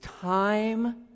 time